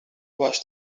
was